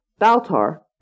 Baltar